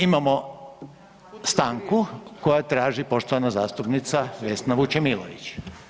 Imamo stanku koju traži poštovana zastupnica Vesna Vučemilović.